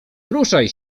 ruszaj